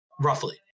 Roughly